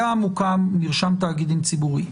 הייתה מוקמת רשות תאגידים ציבוריים,